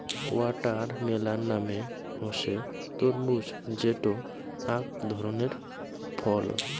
watermelon মানে হসে তরমুজ যেটো আক ধরণের ফল